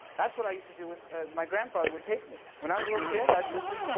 that's what i used to do with my grandfather would take me when i was a little kid, i'd listen,